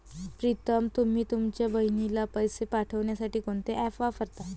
प्रीतम तुम्ही तुमच्या बहिणीला पैसे पाठवण्यासाठी कोणते ऍप वापरता?